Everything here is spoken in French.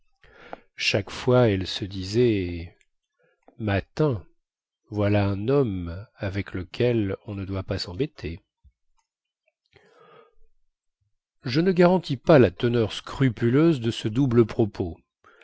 chaque fois elle se disait mâtin voilà un homme avec lequel on ne doit pas sembêter je ne garantis pas la teneur scrupuleuse de ce double propos